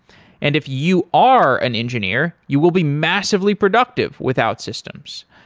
and if you are an engineer, you will be massively productive with outsystems.